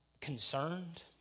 concerned